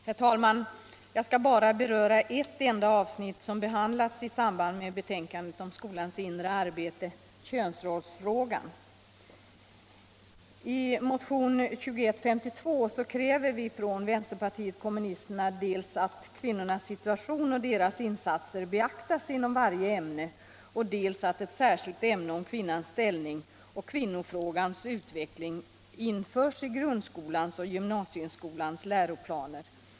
Herr talman! Jag skall beröra ett enda avsnitt som behandlats i samband med betänkandet om skolans inre arbete, könsrollsfrågan. I motionen 2152 kräver vi från vänsterpartiet kommunisterna dels att kvinnornas situation och deras insatser beaktas inom varje ämne, dels att ett särskilt ämne om kvinnans ställning och kvinnofrågans utveckling införs i grundskolans och gymnasieskolans läroplaner.